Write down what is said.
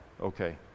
okay